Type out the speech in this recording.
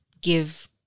give